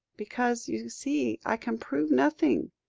because you see i can prove nothing.